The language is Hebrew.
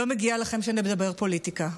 לא מגיע לכם שנדבר פוליטיקה.